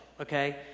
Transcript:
okay